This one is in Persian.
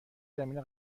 زمینه